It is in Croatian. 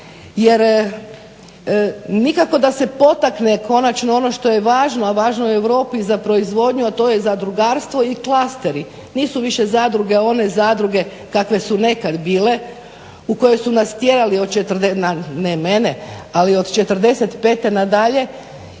jer nikako da se potakne konačno ono što je važno, a važno je Europi za proizvodnju a to je zadrugarstvo i klasteri. Nisu više zadruge ne zadruge kakve su nekad bile u koje su nas tjerali, ne mene ali